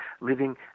living